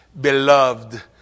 beloved